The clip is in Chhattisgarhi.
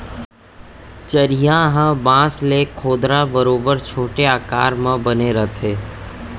चरिहा ह बांस ले खोदरा बरोबर छोटे आकार म बने रथे